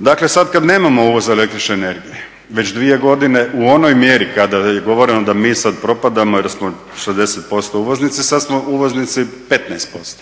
Dakle sada kada nemamo uvoza električne energije, u onoj mjeri kada je govoreno da mi sada propadamo jer smo 60% uvoznici, sada smo uvoznici 15%,